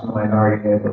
my article